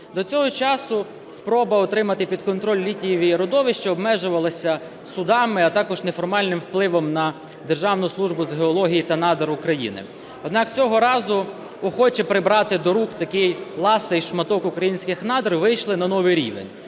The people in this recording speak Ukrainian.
До цього часу спроба отримати під контроль літієві родовища обмежувалася судами, а також неформальним впливом на Державну службу з геології та надр України. Однак цього разу охочі прибрати до рук такий ласий шматок українських надр вийшли на новий рівень.